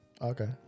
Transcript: Okay